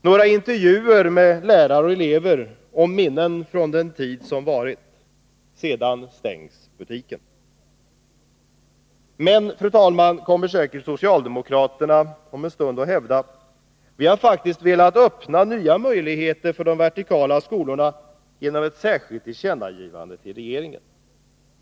Några intervjuer med lärare och elever om minnen från den tid som varit — sedan stängs butiken. Men, fru talman, socialdemokraterna kommer säkert om en stund att hävda att de faktiskt velat öppna nya möjligheter för vertikala skolor genom ett särskilt tillkännagivande till regeringen.